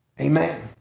Amen